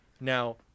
Now